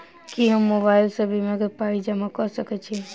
की हम मोबाइल सअ बीमा केँ पाई जमा कऽ सकैत छी?